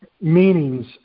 meanings